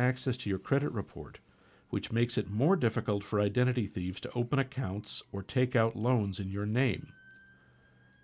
access to your credit report which makes it more difficult for identity thieves to open accounts or take out loans in your name